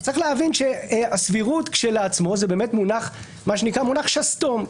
הסבירות כשלעצמה זה מונח שסתום,